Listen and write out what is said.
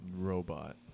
Robot